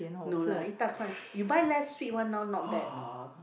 no lah 一大罐 you buy less sweet one now not bad know